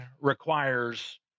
requires